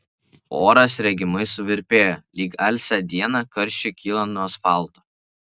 oras regimai suvirpėjo lyg alsią dieną karščiui kylant nuo asfalto